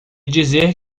dizer